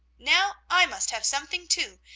now i must have something too,